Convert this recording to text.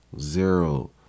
zero